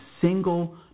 single